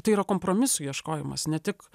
tai yra kompromisų ieškojimas ne tik